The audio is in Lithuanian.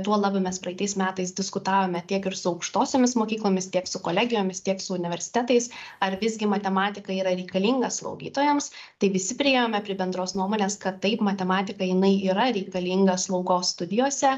tuo labiau mes praeitais metais diskutavome tiek ir su aukštosiomis mokyklomis tiek su kolegijomis tiek su universitetais ar visgi matematika yra reikalinga slaugytojams tai visi priėjome prie bendros nuomonės kad taip matematika jinai yra reikalinga slaugos studijose